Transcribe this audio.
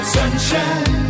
Sunshine